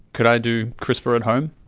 could i do crispr at home?